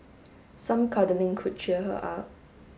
some cuddling could cheer her up